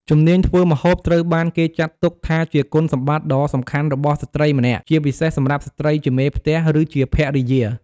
ជំនាញធ្វើម្ហូបត្រូវបានគេចាត់ទុកថាជាគុណសម្បត្តិដ៏សំខាន់របស់ស្ត្រីម្នាក់ ជាពិសេសសម្រាប់ស្ត្រីជាមេផ្ទះ ឬជាភរិយា។